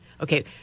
Okay